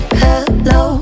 hello